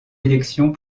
élections